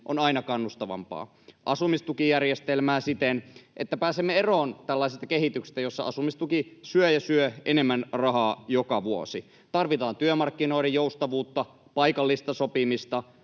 on aina kannustavampaa, ja asumistukijärjestelmää siten, että pääsemme eroon tällaisesta kehityksestä, jossa asumistuki syö ja syö enemmän rahaa joka vuosi. Tarvitaan työmarkkinoiden joustavuutta, paikallista sopimista,